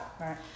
Right